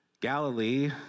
Galilee